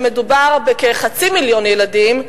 שמדובר בכחצי מיליון ילדים,